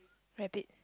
rabbit